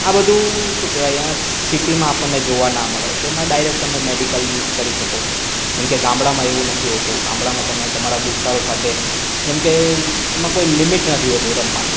આ બધું શું કહેવાય આ સિટીમાં આપણને જોવા ના મળે તેમાં ડાયરેક તમે મેડિકલ યુસ કરી શકો છો કેમકે ગામડામાં એવું નથી હોતું ગમડામાં તમે તમારા દોસ્તારો સાથે જેમકે એમાં કોઈ લિમિટ નથી હોતી રમવામાં